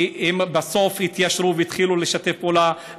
כי הם בסוף התיישרו והתחילו לשתף פעולה,